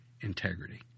integrity